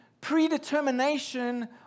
Predetermination